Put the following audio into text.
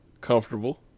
comfortable